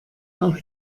auch